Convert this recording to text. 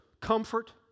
comfort